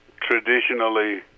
traditionally